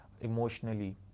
emotionally